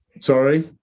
sorry